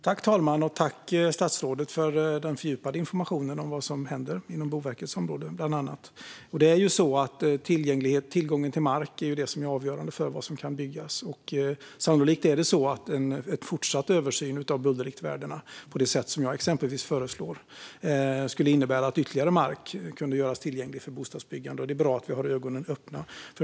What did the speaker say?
Fru talman! Tack, statsrådet, för den fördjupade informationen om vad som händer inom bland annat Boverkets område! Tillgång till mark är det som avgör om det kan byggas. En fortsatt översyn av bullerriktvärdena, på det sätt som jag exempelvis föreslår, skulle sannolikt innebära att ytterligare mark skulle kunna göras tillgänglig för bostadsbyggande. Det är bra att vi har ögonen öppna.